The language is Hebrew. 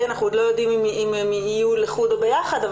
אנחנו עוד לא יודעים אם הם יהיו לחוד או ביחד,